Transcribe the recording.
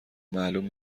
معلوم